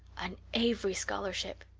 an avery scholarship!